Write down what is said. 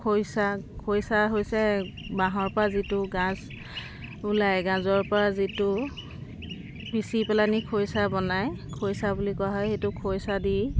খৰিচা খৰিচা হৈছে বাঁহৰপৰা যিটো গাজ ওলায় গাজৰপৰা যিটো পিচি পেলাই নি খৰিচা বনায় খৰিচা বুলি কোৱা হয় সেইটো খৰিচা দি